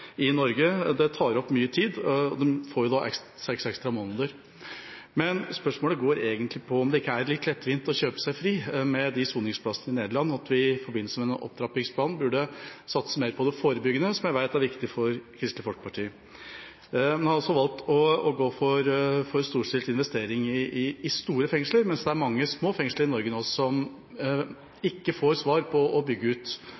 i Norge. Det tar mye tid, og de får seks ekstra måneder. Men spørsmålet går egentlig på om det ikke er litt lettvint å kjøpe seg fri med de soningsplassene i Nederland, og at vi i forbindelse med opptrappingsplanen burde satse mer på det forebyggende, som jeg vet er viktig for Kristelig Folkeparti. Man har valgt å gå for storstilte investeringer i store fengsler, mens det er mange små fengsler i Norge som ikke får svar på om de får bygge ut.